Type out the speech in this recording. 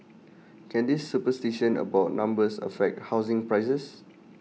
can this superstition about numbers affect housing prices